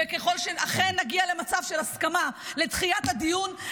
וככל שאכן נגיע למצב של הסכמה לדחיית הדיון,